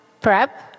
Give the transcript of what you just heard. prep